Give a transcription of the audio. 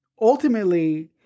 ultimately